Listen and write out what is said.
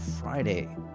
friday